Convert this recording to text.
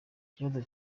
ikibazo